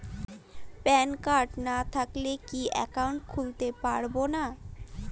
Pan card না থাকলে কি একাউন্ট খুলতে পারবো না?